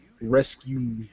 rescue